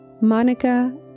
Monica